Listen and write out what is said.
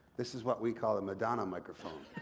this is what we call a madonna microphone.